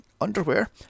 underwear